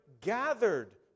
gathered